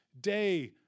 day